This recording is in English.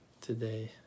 today